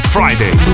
Friday